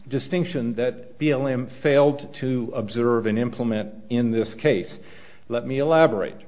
distinction that feelin failed to observe and implement in this case let me elaborate